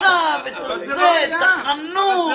מכשירים ולבדוק.